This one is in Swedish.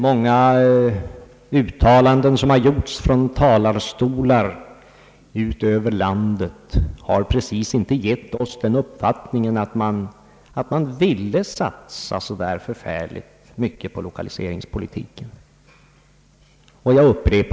Många uttalanden som gjorts från talarstolar över hela landet har inte precis givit oss uppfattningen att man ville satsa så särskilt mycket på lokaliseringspolitiken.